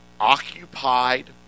occupied